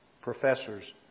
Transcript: professors